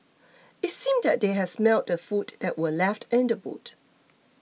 it seemed that they had smelt the food that were left in the boot